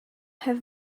have